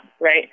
right